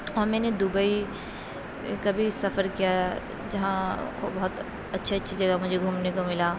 اور میں نے دبئی کا بھی سفر کیا جہاں کو بہت اچھی اچھی جگہ مجھے گھومنے کو ملا